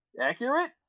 Accurate